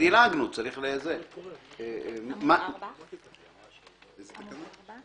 החלפת תקנה 581. במקום תקנה 581 לתקנות העיקריות יבוא: